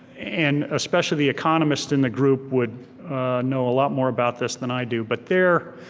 and especially economists in the group would know a lot more about this than i do, but they're,